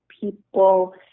people